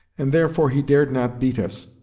and therefore he dared not beat us,